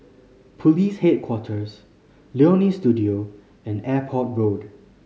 Police Headquarters Leonie Studio and Airport Road